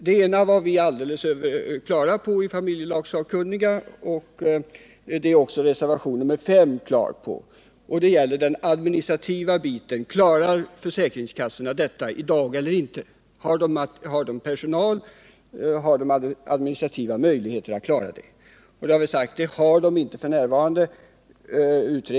Den ena var vi helt på det klara med i familjelagssakkunniga, vilket även gäller reservationen 5. Jag tänker på den administrativa biten. Har försäkringskassorna i dagens läge personal och administrativa möjligheter att klara detta? Vi har förklarat: Det har de inte f.n.